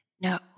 No